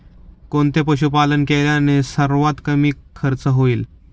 कोणते पशुपालन केल्याने सर्वात कमी खर्च होईल?